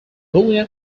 boolean